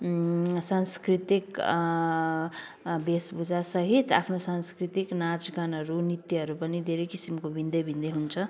सांस्कृतिक वेशभूषा सहित आफ्नो सांस्कृतिक नाच गानहरू नृत्यहरू पनि धेरै किसिमको भिन्दै भिन्दै हुन्छ